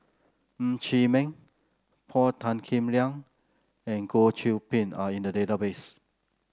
Ng Chee Meng Paul Tan Kim Liang and Goh Qiu Bin are in the database